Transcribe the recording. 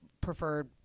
preferred